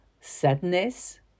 sadness